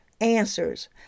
answers